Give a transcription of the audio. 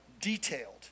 detailed